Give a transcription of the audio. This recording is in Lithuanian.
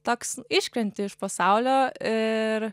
toks iškrenti iš pasaulio ir